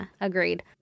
agreed